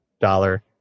dollar